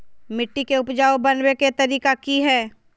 मिट्टी के उपजाऊ बनबे के तरिका की हेय?